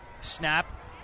snap